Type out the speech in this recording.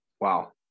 Wow